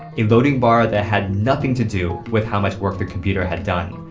a loading bar that had nothing to do with how much work the computer had done.